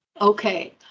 Okay